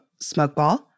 Smokeball